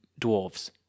dwarves